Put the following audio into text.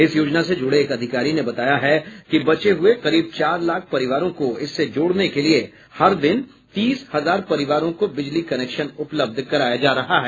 इस योजना से जुडे एक अधिकारी ने बताया है कि बचे हुए करीब चार लाख परिवारों को इससे जोडने के लिए हर दिन तीस हजार परिवारों को बिजली कनेक्शन उपलब्ध कराया जा रहा है